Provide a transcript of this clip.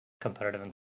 competitive